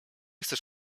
chcesz